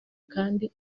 kandi